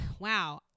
Wow